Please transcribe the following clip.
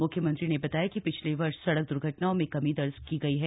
मुख्यमंत्री ने बताया कि पिछले वर्ष सड़क दुर्घटनाओं में कमी दर्ज की गई है